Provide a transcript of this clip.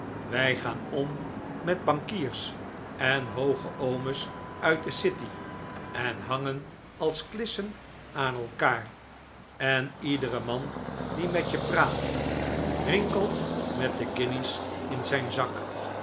wij gaan om met bankiers en hooge oomes uit de city en hangen als klissen aan elkaar en iedere man die met je praat rinkelt met de guinjes in zijn zak